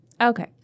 Okay